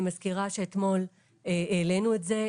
אני מזכירה שאתמול העלינו את זה,